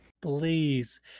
Please